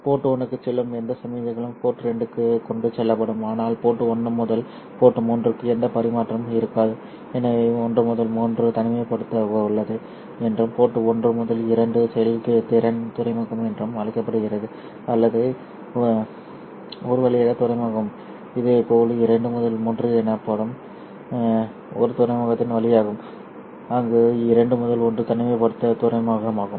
board 1 க்கு செல்லும் எந்த சமிக்ஞையும் போர்ட் 2 க்கு கொண்டு செல்லப்படும் ஆனால் போர்ட் 1 முதல் போர்ட் 3 க்கு எந்த பரிமாற்றமும் இருக்காது எனவே 1 முதல் 3 போர்ட் தனிமைப்படுத்தப்பட்டுள்ளது என்றும் போர்ட் 1 முதல் 2 வரை செயல்திறன் துறைமுகம் என்றும் அழைக்கப்படுகிறது அல்லது ஒரு வழியாக துறைமுகம் சரி இதேபோல் 2 முதல் 3 என்பது ஒரு துறைமுகத்தின் வழியாகும் அங்கு 2 முதல் 1 தனிமைப்படுத்தப்பட்ட துறைமுகமாகும்